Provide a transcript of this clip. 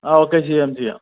ആ ഓക്കെ ചെയ്യാം ചെയ്യാം